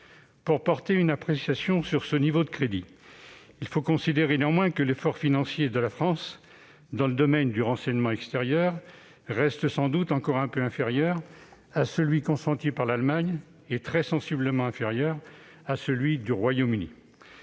Pour porter une appréciation sur ce niveau de crédit, il faut considérer néanmoins que l'effort financier de la France dans le domaine du renseignement extérieur reste sans doute encore un peu inférieur à celui de l'Allemagne et très sensiblement inférieur à celui du Royaume-Uni.